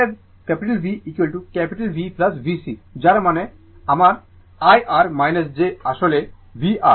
অতএব V V VC যার মানে আমার I R j আসলে আমার vR